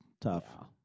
tough